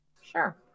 sure